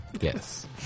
Yes